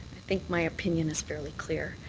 think my opinion is fairly clear.